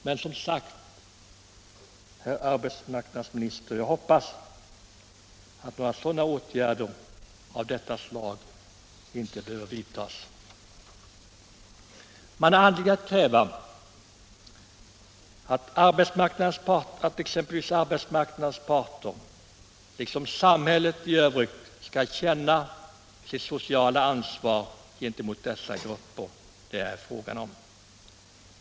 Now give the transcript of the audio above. Men som sagt hoppas jag, herr arbetsmarknadsminister, att några sådana åtgärder inte behöver vidtas. Man har anledning att kräva att arbetsmarknadens parter, liksom samhället i övrigt, skall känna sitt sociala ansvar gentemot de ungdomar det här är fråga om.